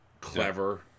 clever